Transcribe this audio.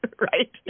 Right